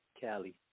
Cali